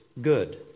good